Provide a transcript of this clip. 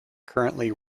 currently